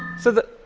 so the